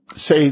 say